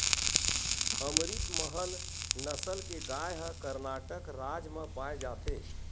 अमरितमहल नसल के गाय ह करनाटक राज म पाए जाथे